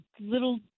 little